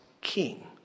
king